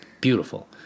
Beautiful